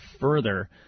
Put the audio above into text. further